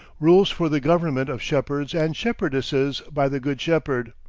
rules for the government of shepherds and shepherdesses, by the good shepherd,